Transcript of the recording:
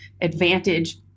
advantage